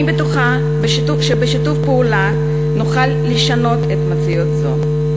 אני בטוחה שבשיתוף פעולה נוכל לשנות מציאות זו.